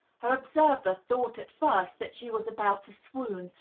her observer thought at first that she was about to swoon,